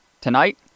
Tonight